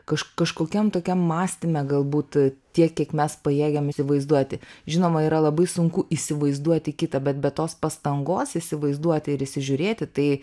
kažkur kažkokiam tokiam mąstyme galbūt tiek kiek mes pajėgiame įsivaizduoti žinoma yra labai sunku įsivaizduoti kitą bet be tos pastangos įsivaizduoti ir įsižiūrėti tai